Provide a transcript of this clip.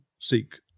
seek